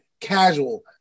casual